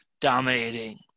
dominating